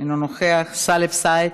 אינו נוכח, סאלח סעד,